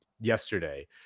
yesterday